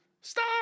Stop